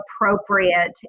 appropriate